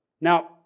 Now